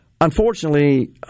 unfortunately